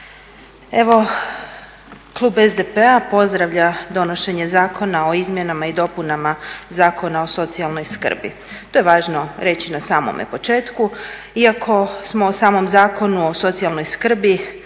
Evo klub SDP-a pozdravlja donošenje Zakona o izmjenama i dopunama Zakona o socijalnoj skrbi. To je važno reći na samome početku iako smo o samom Zakonu o socijalnoj skrbi